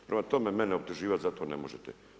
Prema tome, mene optuživati za to ne možete.